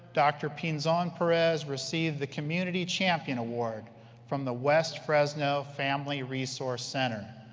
dr. pinzon-perez received the community champion award from the west fresno family resource center.